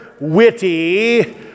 witty